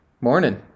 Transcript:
Morning